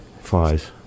Flies